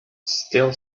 still